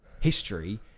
history